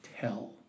tell